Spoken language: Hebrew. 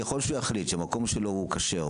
ככל שהוא יחליט שהמקום שלו הוא כשר,